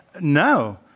No